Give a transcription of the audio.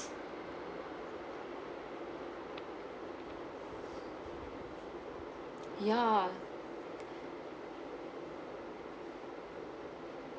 ya